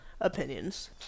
opinions